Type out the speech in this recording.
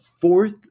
fourth